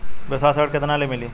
व्यवसाय ऋण केतना ले मिली?